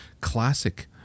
classic